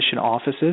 offices